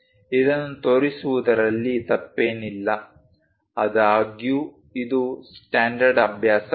ಇದನ್ನು ತೋರಿಸುವುದರಲ್ಲಿ ತಪ್ಪೇನಿಲ್ಲ ಆದಾಗ್ಯೂ ಇದು ಸ್ಟ್ಯಾಂಡರ್ಡ್ ಅಭ್ಯಾಸವಲ್ಲ